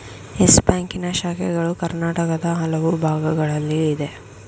Yes ಬ್ಯಾಂಕಿನ ಶಾಖೆಗಳು ಕರ್ನಾಟಕದ ಹಲವು ಭಾಗಗಳಲ್ಲಿ ಇದೆ